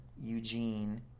Eugene